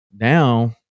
now